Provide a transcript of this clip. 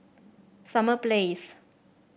Summer Place